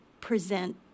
present